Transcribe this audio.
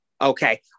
Okay